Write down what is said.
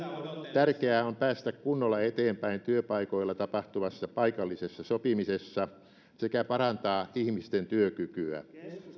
tärkeää on päästä kunnolla eteenpäin työpaikoilla tapahtuvassa paikallisessa sopimisessa sekä parantaa ihmisten työkykyä